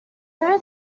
know